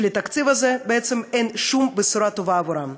שלתקציב הזה אין שום בשורה טובה עבורם.